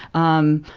um,